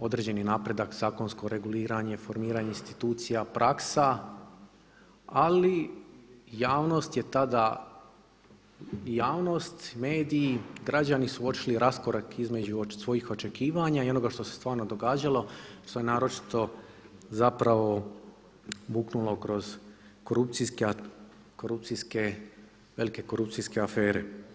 određeni napredak, zakonsko reguliranje, formiranje institucija, praksa ali javnost je tada, javnost, mediji, građani su otišli raskorak svojih očekivanja i onoga što se stvarno događalo što je naročito zapravo buknulo kroz korupcijske, velike korupcijske afere.